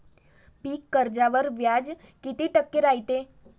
पीक कर्जावर व्याज किती टक्के रायते?